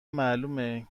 معلومه